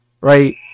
right